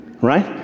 right